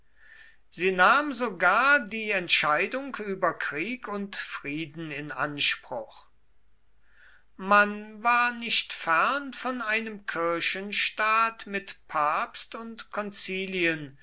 sie nahm sogar die entscheidung über krieg und frieden in anspruch man war nicht fern von einem kirchenstaat mit papst und konzilien